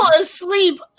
asleep